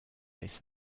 this